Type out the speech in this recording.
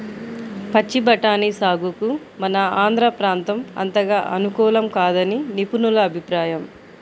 పచ్చి బఠానీ సాగుకు మన ఆంధ్ర ప్రాంతం అంతగా అనుకూలం కాదని నిపుణుల అభిప్రాయం